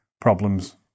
problems